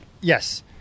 yes